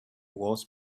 was